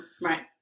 Right